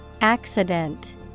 Accident